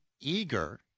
eager